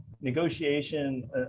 negotiation